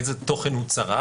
איזה תוכן הוא צרך,